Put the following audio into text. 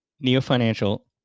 neo-financial